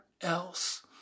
else